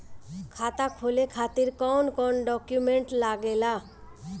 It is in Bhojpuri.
खाता खोले खातिर कौन कौन डॉक्यूमेंट लागेला?